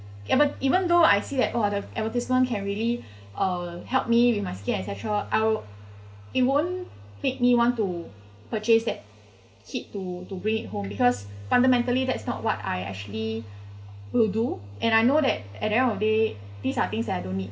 ya but even though I see that oh the advertisement can really uh help me with my skin et cetera I'll it won't make me want to purchase that kit to to bring at home because fundamentally that's not what I actually will do and I know that at the end of the day these are things that I don't need